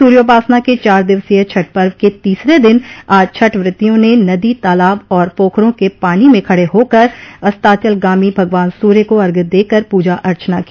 सूर्योपासना क चार दिवसीय छठ पर्व के तीसरे दिन आज छठ व्रतियों ने नदी तालाब और पोखरों के पानी में खड़े होकर अस्ताचलगामी भगवान सूर्य को अघ्य देकर प्रजा अर्चना की